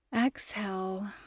Exhale